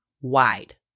wide